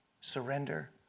surrender